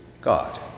God